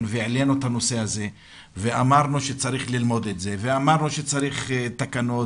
והעלינו את הנושא הזה ואמרנו שצריך ללמוד את זה ואמרנו שצריך תקנות